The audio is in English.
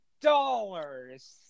dollars